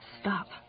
Stop